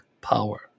power